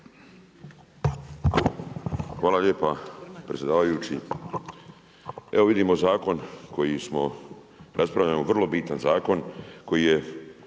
Hvala lijepa predsjedavajući. Evo vidimo zakon koji smo, raspravljamo vrlo bitan zakon koji je